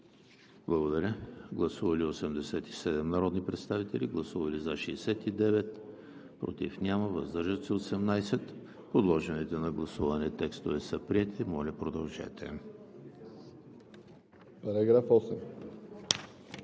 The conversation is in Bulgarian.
за § 15. Гласували 86 народни представители: за 71, против няма, въздържали се 15. Подложените на гласуване текстове са приети. Моля, продължете.